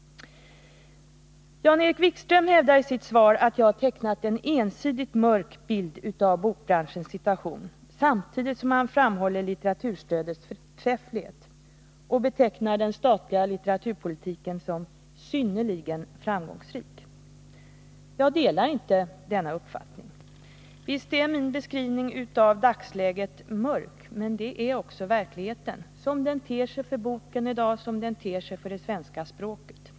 Jan-Erik Wikström hävdar i sitt svar att jag har tecknat en ensidigt mörk bild av bokbranschens situation, samtidigt som han framhåller litteraturstödets förträfflighet och betecknar den statliga litteraturpolitiken som ”synnerligen framgångsrik”. Jag delar inte denna uppfattning. Visst är min beskrivning av dagsläget mörk, men det är också verkligheten som den ter sig för boken, för det svenska språket.